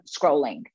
scrolling